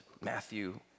Matthew